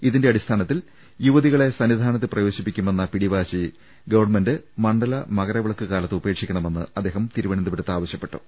ഇതിന്റെ അടിസ്ഥാനത്തിൽ യുവതികളെ സന്നിധാനത്ത് പ്രവേശിപ്പി ക്കുമെന്ന പിടിവാശി ഗവൺമെന്റ് മണ്ഡല മകര വിളക്ക് കാലത്ത് ഉപേക്ഷിക്കണമെന്ന് അദ്ദേഹം തിരുവനന്തപുരത്ത് ആവശ്യപ്പെട്ടു